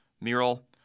mural